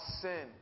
sin